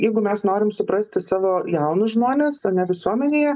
jeigu mes norim suprasti savo jaunus žmones ane visuomenėje